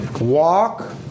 walk